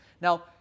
Now